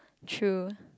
true